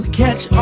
catch